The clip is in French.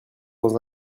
dans